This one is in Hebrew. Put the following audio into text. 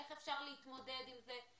איך אפשר להתמודד עם זה.